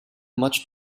much